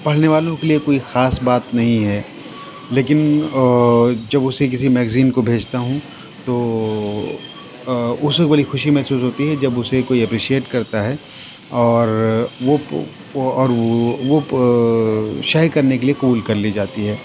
پڑھنے والوں کے لیے کوئی خاص بات نہیں ہے لیکن جب اُسے کسی میگزین کو بھیجتا ہوں تو اُس وقت بڑی خوشی محسوس ہوتی ہے جب اُسے کوئی ایپریشیٹ کرتا ہے اور اور وہ شائع کرنے کے لیے قبول کر لی جاتی ہے